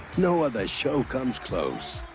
no other show comes close.